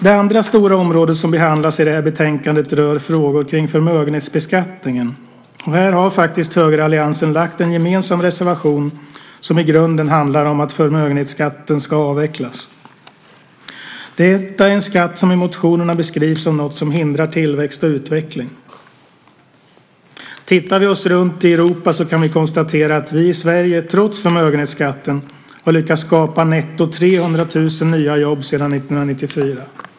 Det andra stora området som behandlas i betänkandet rör frågor om förmögenhetsbeskattningen. Här har faktiskt högeralliansen lagt fram en gemensam reservation som i grunden handlar om att förmögenhetsskatten ska avvecklas. Detta är en skatt som i motionerna beskrivs som något som hindrar tillväxt och utveckling. Tittar vi oss runt i Europa kan vi konstatera att vi i Sverige, trots förmögenhetsskatten, har lyckats skapa netto 300 000 nya jobb sedan 1994.